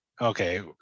Okay